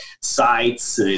sites